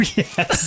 yes